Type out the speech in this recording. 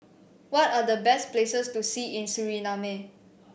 what are the best places to see in Suriname